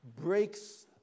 breaks